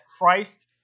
Christ